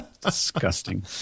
Disgusting